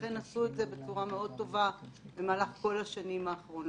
הם עשו את זה בצורה מאוד טובה במהלך השנים האחרונות.